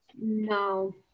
No